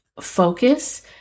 focus